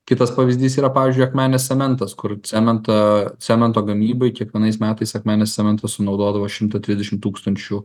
kitas pavyzdys yra pavyzdžiui akmenės cementas kur cementą cemento gamybai kiekvienais metais akmenės cementas sunaudodavo šimtą trisdešimt tūkstančių